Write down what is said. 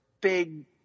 big